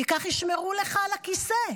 כי כך ישמרו לך על הכיסא.